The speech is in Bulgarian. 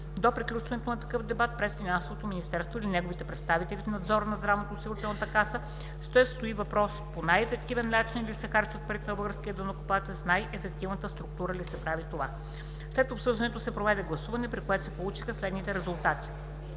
До приключването на такъв дебат пред Финансовото министерство или неговите представители в Надзора на Здравноосигурителната каса ще стои въпросът по най-ефективен начин ли се харчат парите на българския данъкоплатец, с най-ефективната структура ли се прави това. След обсъждането се проведе гласуване, при което се получиха следните резултати: